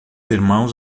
irmãos